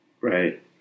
right